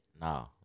No